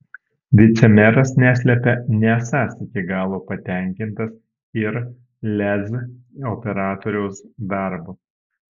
vicemeras neslepia nesąs iki galo patenkintas ir lez operatoriaus darbu